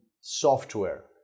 software